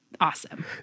awesome